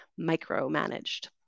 micromanaged